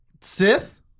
Sith